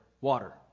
Water